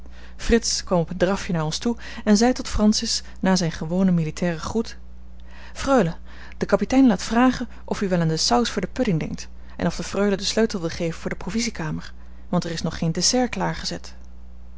frits kwam op een drafje naar ons toe en zei tot francis na zijn gewonen militairen groet freule de kapitein laat vragen of u wel aan de saus voor de pudding denkt en of de freule den sleutel wil geven voor de provisiekamer want er is nog geen dessert klaargezet